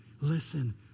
Listen